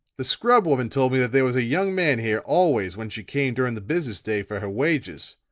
the scrub-woman told me that there was a young man here always when she came during the business day for her wages.